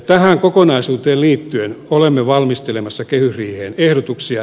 tähän kokonaisuuteen liittyen olemme valmistelemassa kehysriiheen ehdotuksia